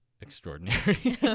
extraordinary